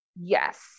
Yes